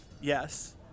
Yes